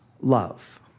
love